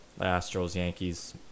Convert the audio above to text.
Astros-Yankees